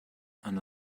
and